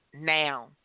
now